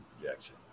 projection